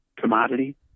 commodity